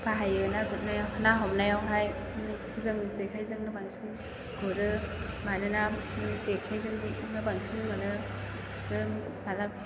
बाहायो ना गुरनायाव ना हमनायावहाय जों जेखायजोंनो बांसिन गुरो मानोना जेखायजोंनो बांसिन मोनो